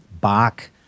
Bach